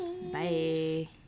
Bye